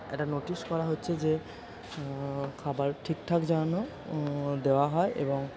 একটা নোটিশ করা হচ্ছে যে খাবার ঠিকঠাক যেন দেওয়া হয় এবং